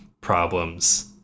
problems